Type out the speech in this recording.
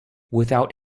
without